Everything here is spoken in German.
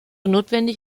notwendig